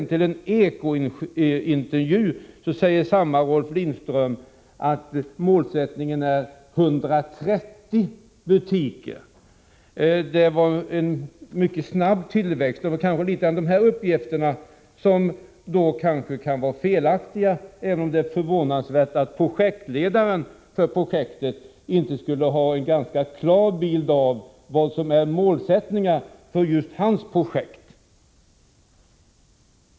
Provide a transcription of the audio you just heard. I en Eko-intervju sade Rolf Lindström att målsättningen är 130 butiker — alltså en mycket snabb tillväxt. Det kan naturligtvis vara så att dessa uppgifter är felaktiga, även om det vore förvånansvärt om inte ledaren för projektet skulle ha en klar bild av målsättningen för just hans projekt.